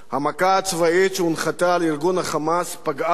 המכה הצבאית שהונחתה על ארגון ה"חמאס" פגעה בו,